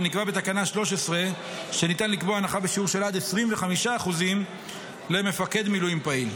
ונקבע בתקנה 13 שניתן לקבוע הנחה בשיעור של עד 25% למפקד מילואים פעיל.